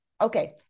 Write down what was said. okay